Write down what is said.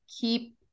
keep